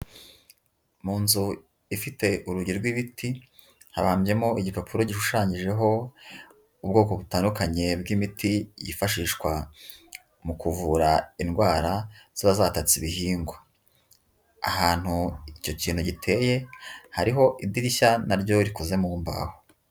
Mu nzu ifite urugi rw'ibiti hababyemo igipapuro gishushanyijeho ubwoko butandukanye bw'imiti yifashishwa mu kuvura indwara ziba zatatse ibihingwa, ahantu icyo kintu giteye hariho idirishya na ryo rikoze mu mbaho.